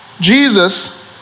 Jesus